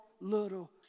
little